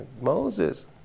Moses